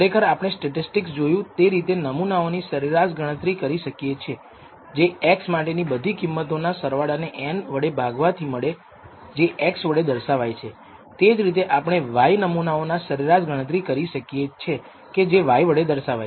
ખરેખર આપણે સ્ટેટિસ્ટિક્સ જોયું તે રીતે નમૂનાઓની સરેરાશ ગણતરી કરી શકીએ કે જે x માટેની બધી કિંમતો ના સરવાળા ને n વડે ભાગવાથી મળે જે x વડે દર્શાવાય છે તે જ રીતે આપણે y નમૂનાઓના સરેરાશ ગણતરી કરી શકીએ કે જે y વડે દર્શાવાય છે